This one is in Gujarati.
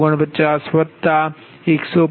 849 185